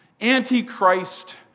Antichrist